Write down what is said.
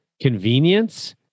convenience